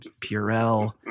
Purell